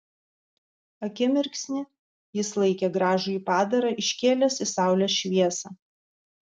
akimirksnį jis laikė gražųjį padarą iškėlęs į saulės šviesą